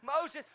Moses